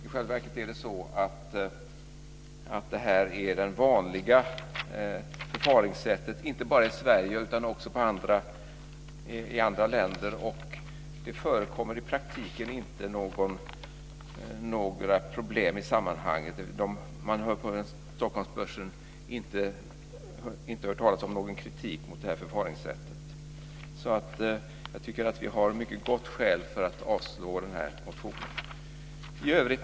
I själva verket är det så att detta är det vanliga förfaringssättet inte bara i Sverige utan också i andra länder. Det förekommer i praktiken inte några problem i sammanhanget. Man har på Stockholmsbörsen inte hört talas om någon kritik mot detta förfaringssätt. Jag tycker att vi har ett mycket gott skäl för att avslå yrkandet i denna motion.